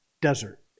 desert